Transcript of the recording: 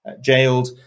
jailed